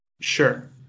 Sure